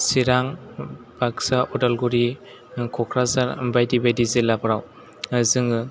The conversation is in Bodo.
चिरां बाक्सा उदालगुरि क'क्राझार बायदि बायदि जिल्लाफ्राव जोङो